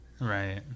right